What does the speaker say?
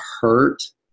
hurt